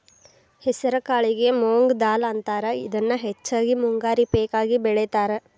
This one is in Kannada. ಹೆಸರಕಾಳಿಗೆ ಮೊಂಗ್ ದಾಲ್ ಅಂತಾರ, ಇದನ್ನ ಹೆಚ್ಚಾಗಿ ಮುಂಗಾರಿ ಪೇಕ ಆಗಿ ಬೆಳೇತಾರ